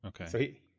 okay